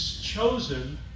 chosen